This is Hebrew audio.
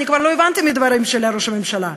אני כבר לא הבנתי מהדברים של ראש הממשלה.